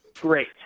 Great